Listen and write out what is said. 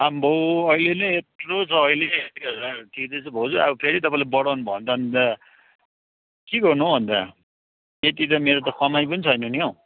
अम्बो अहिले नै यत्रो छ अहिले दुई हजार तिर्दैछु भाउजू अब फेरि तपाईँले बढाउनु भयो भने त अन्त के गर्नु हौ अन्त त्यति त मेरो त कमाइ पनि छैन नि हौ